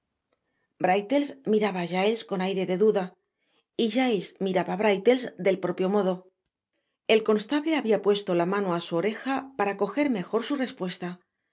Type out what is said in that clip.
miraba á giles con aire de duda y giles miraba á brittles del propio modo el constable habia puesto la mano á su oreja para coger mejor su respuesta